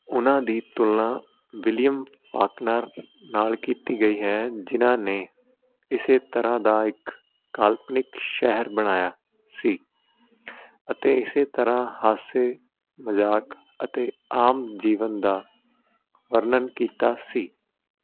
ਉਹਨਾਂ ਦੀ ਤੁਲਨਾ ਵਿਲੀਅਮ ਫਾਕਨਰ ਨਾਲ ਕੀਤੀ ਗਈ ਹੈ ਜਿਹਨਾਂ ਨੇ ਇਸ ਤਰ੍ਹਾਂ ਦਾ ਇੱਕ ਕਾਲਪਨਿਕ ਸ਼ਹਿਰ ਬਣਾਇਆ ਸੀ ਅਤੇ ਇਸ ਤਰ੍ਹਾਂ ਹਾਸੇ ਮਜ਼ਾਕ ਅਤੇ ਆਮ ਜੀਵਨ ਦਾ ਵਰਣਨ ਕੀਤਾ ਸੀ